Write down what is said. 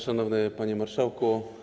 Szanowny Panie Marszałku!